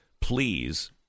please